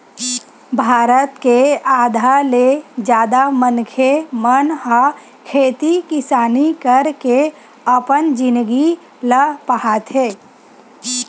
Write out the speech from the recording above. भारत के आधा ले जादा मनखे मन ह खेती किसानी करके अपन जिनगी ल पहाथे